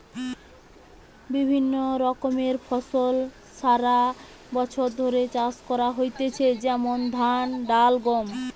বিভিন্ন রকমের ফসল সারা বছর ধরে চাষ করা হইতেছে যেমন ধান, ডাল, গম